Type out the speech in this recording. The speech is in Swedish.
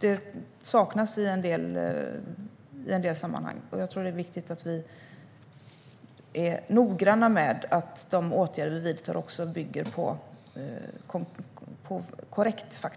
Det saknas i en del sammanhang. Det är viktigt att vi är noggranna med att de åtgärder vi vidtar bygger på korrekta fakta.